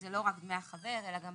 שזה לא רק דמי החבר, אלא גם